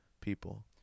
people